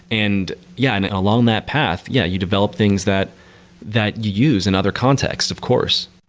and yeah, and along that path, yeah, you develop things that that you use in other contexts of course.